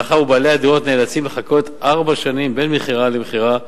מאחר שבעלי הדירות נאלצים לחכות ארבע שנים בין מכירה למכירה,